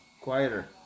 quieter